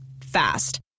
Fast